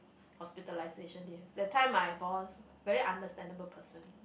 hospitalization yes that time my boss very understandable person